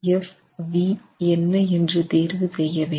Fv என்ன என்று தேர்வு செய்ய வேண்டும்